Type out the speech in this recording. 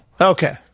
okay